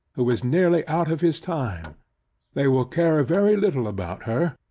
who is nearly out of his time they will care very little about her.